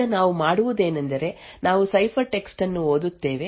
ಈಗ ನಾವು ಮಾಡುವುದೇನೆಂದರೆ ನಾವು ಸೈಫರ್ಟೆಕ್ಸ್ಟ್ ಅನ್ನು ಓದುತ್ತೇವೆ